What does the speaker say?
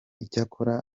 icyakora